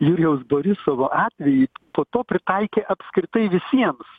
jurijaus borisovo atvejį po to pritaikė apskritai visiems